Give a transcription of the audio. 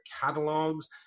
catalogs